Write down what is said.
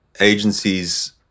agencies